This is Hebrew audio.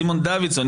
סימון דוידסון,